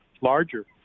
larger